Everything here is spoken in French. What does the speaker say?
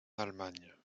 allemagne